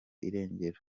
irengero